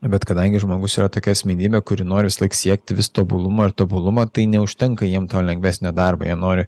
bet kadangi žmogus yra tokia asmenybė kuri nori visąlaik siekti vis tobulumo ir tobulumo tai neužtenka jiem to lengvesnio darbo jie nori